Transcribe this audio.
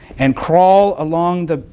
and crawl along the,